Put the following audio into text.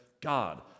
God